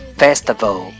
festival